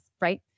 right